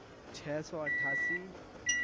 چھ سو اٹھاسی